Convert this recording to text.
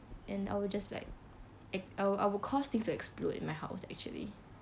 and I would just like I I would cause things to explode in my house actually